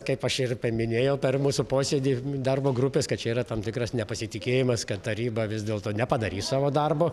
kaip aš ir minėjau per mūsų posėdį darbo grupės kad čia yra tam tikras nepasitikėjimas kad taryba vis dėlto nepadarys savo darbo